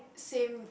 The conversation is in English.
same